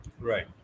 Right